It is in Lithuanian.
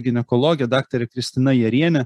ginekologe daktare kristina jariene